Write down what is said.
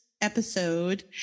episode